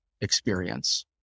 experience